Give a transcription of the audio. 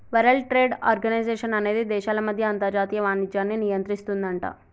world trade organisation అనేది దేశాల మధ్య అంతర్జాతీయ వాణిజ్యాన్ని నియంత్రిస్తుందట